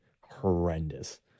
horrendous